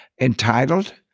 entitled